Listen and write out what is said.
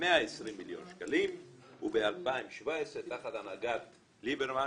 120 מיליון שקלים וב-2017 תחת הנהגת ליברמן,